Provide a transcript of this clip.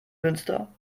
münster